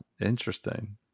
Interesting